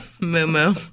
moo-moo